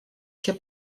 się